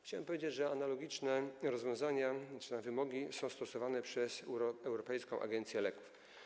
Chciałem powiedzieć, że analogiczne rozwiązania czy wymogi są stosowane przez Europejską Agencję Leków.